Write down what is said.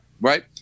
Right